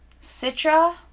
Citra